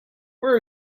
where